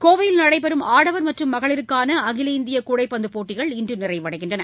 கோவையில் நடைபெறும் ஆடவர் மற்றும் மகளிருக்கான அகில இந்திய கூடைப்பந்து போட்டிகள் இன்று நிறைவடைகின்றன